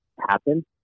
happen